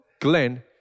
Glenn